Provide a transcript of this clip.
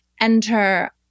enter